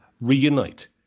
reunite